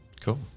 Cool